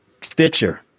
Stitcher